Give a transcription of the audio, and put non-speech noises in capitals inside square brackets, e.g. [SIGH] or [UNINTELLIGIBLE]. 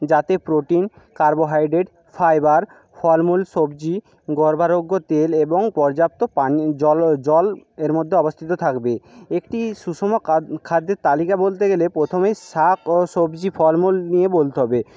যাতে protein carbohydrate fibre ফলমূল সবজি [UNINTELLIGIBLE] তেল এবং পর্যাপ্ত পানি জল জল এর মধ্যে অবস্থিত থাকবে একটি সুষম খাদ্যের তালিকা বলতে গেলে প্রথমেই শাক ও সবজি ফলমূল নিয়ে বলতে হবে